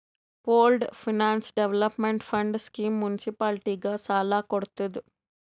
pooled finance development fund scheme ಮುನ್ಸಿಪಾಲಿಟಿಗ ಸಾಲ ಕೊಡ್ತುದ್